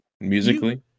musically